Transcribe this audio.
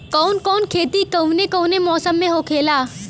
कवन कवन खेती कउने कउने मौसम में होखेला?